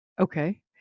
Okay